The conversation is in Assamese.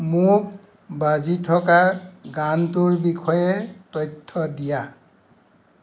মোক বাজি থকা গানটোৰ বিষয়ে তথ্য দিয়া